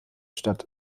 statt